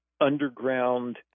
underground